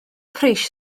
pris